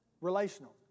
Relational